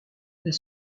elle